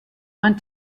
want